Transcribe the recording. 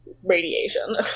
radiation